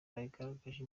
yagaragaje